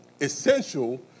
essential